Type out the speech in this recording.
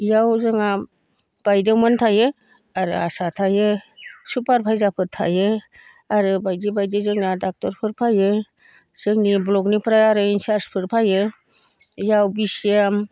इयाव जोंहा बायदेवमोन थायो आरो आसा थायो सुपार भाइजारफोर थायो आरो बायदि बायदि जोंना ड'क्टरफोर फायो जोंनि ब्लकनिफ्राय आरो इन्सार्सफोर फायो इयाव बि सि एम